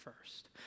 first